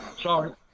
Sorry